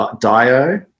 Dio